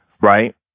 right